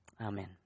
Amen